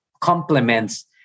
complements